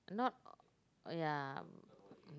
not oh yeah um